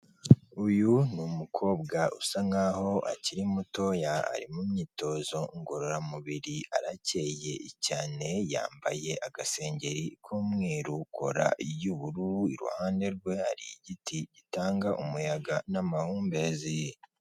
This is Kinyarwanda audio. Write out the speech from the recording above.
Uyu ni umukobwa usa nk'aho akiri mutoya, ari mu myitozo ngororamubiri arakeyeye cyane, yambaye agasengeri k'umweru, kora y'ubururu, iruhande rwe hari igiti gitanga umuyaga n'amahumbezi.